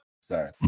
Sorry